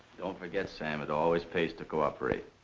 don't forget, sam, it always pays to cooperate.